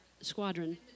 Squadron